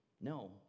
No